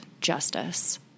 justice